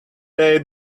they